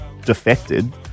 Defected